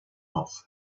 off